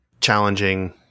Challenging